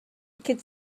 kids